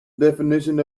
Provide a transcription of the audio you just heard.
definition